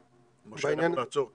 משה, תעצור כאן,